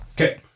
okay